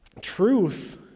truth